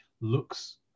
looks